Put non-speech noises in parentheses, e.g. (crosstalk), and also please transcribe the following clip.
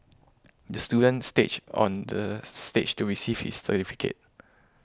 the student stage on the (unintelligible) stage to receive his certificate